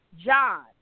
John